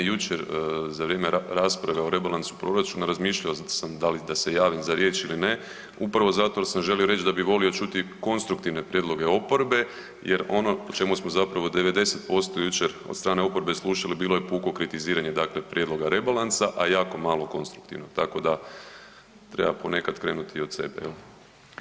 Jučer, za vrijeme rasprave o rebalansu proračuna razmišljao sam da li da se javim za riječ ili ne, upravo zato jer sam želio reći da bih volio čuti konstruktivne prijedloge oporbe jer ono o čemu smo zapravo 90% jučer od strane oporbe slušali bilo je puko kritiziranje dakle, prijedloga rebalansa, a jako malo konstruktivan, tako da, treba ponekad krenuti od sebe, je li?